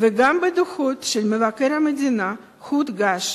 וגם בדוחות של מבקר המדינה הודגש